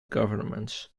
governments